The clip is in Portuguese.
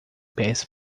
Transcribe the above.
pés